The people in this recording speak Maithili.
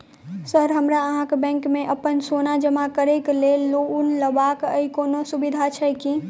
सर हमरा अहाँक बैंक मे अप्पन सोना जमा करि केँ लोन लेबाक अई कोनो सुविधा छैय कोनो?